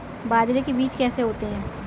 बाजरे के बीज कैसे होते हैं?